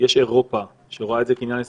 יש אירופה שרואה את זה כעניין אסטרטגי,